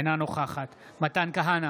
אינה נוכחת מתן כהנא,